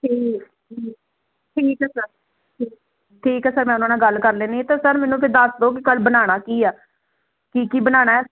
ਠੀਕ ਠੀਕ ਠੀਕ ਐ ਸਰ ਮੈਂ ਉਹਨਾਂ ਨਾਲ ਗੱਲ ਕਰ ਲੈਣੀ ਤਾਂ ਸਰ ਮੈਨੂੰ ਫਿਰ ਦੱਸ ਦੋ ਕਿ ਕੱਲ ਬਣਾਣਾ ਕੀ ਆ ਕੀ ਕੀ ਬਣਾਉਣਾ